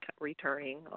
returning